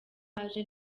baje